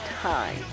time